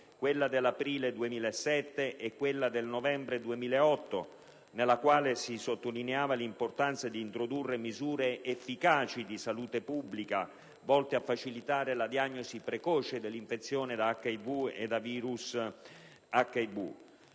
quella dell'aprile 2007 e quella del novembre 2008, nella quale si sottolinea l'importanza di introdurre misure efficaci di salute pubblica, volte a facilitare la diagnosi precoce dell'infezione da virus HIV;